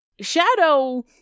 Shadow